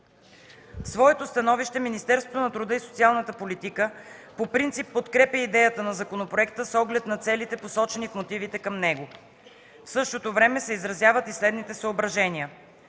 своето становище Министерството на труда и социалната политика по принцип подкрепя идеята на законопроекта с оглед на целите, посочени в мотивите към него. В същото време се изразяват и следните съображения: